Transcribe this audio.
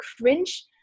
cringe